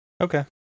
Okay